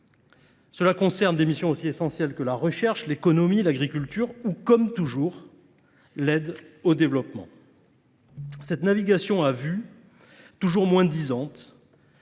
Cela concerne des missions aussi essentielles que la recherche, l'économie, l'agriculture ou, comme toujours, l'aide au développement. Cette navigation à vue, toujours moins disante,